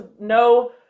no